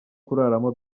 kuraramo